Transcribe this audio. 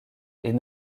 est